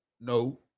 No